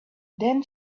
then